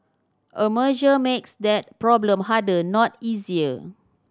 a merger makes that problem harder not easier